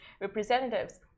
representatives